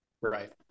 right